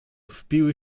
wpiły